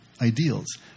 ideals